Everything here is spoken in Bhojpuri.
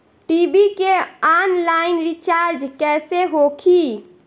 टी.वी के आनलाइन रिचार्ज कैसे होखी?